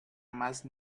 más